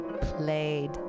played